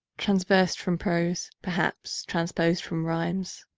transvers'd from prose, perhaps transpros'd from rhimes.